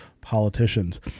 politicians